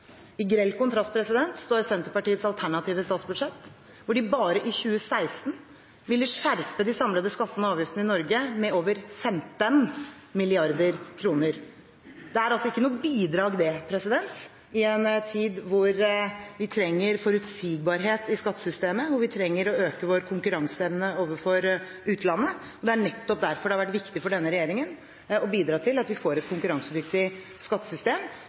I grell kontrast står Senterpartiets alternative statsbudsjett, hvor Senterpartiet bare i 2016 ville skjerpe de samlede skattene og avgiftene i Norge med over 15 mrd. kr. Det er ikke noe bidrag i en tid da vi trenger forutsigbarhet i skattesystemet og trenger å øke vår konkurranseevne overfor utlandet. Det er nettopp derfor det har vært viktig for denne regjeringen å bidra til at vi får et konkurransedyktig skattesystem,